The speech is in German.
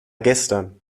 gestern